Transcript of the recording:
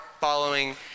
following